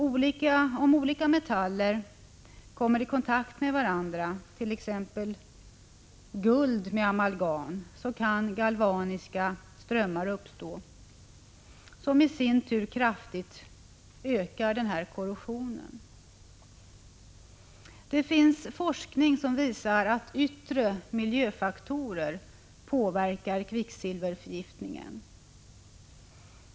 Om olika metaller kommer i kontakt med varandra, t.ex. guld med amalgam, kan galvaniska strömmar uppstå, som i sin tur kraftigt ökar denna korrosion. Det finns forskning som visar att yttre miljöfaktorer påverkar kvicksilverförgiftningen.